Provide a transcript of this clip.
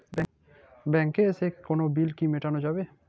ব্যাংকে এসে কোনো বিল কি মেটানো যাবে?